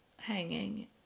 hanging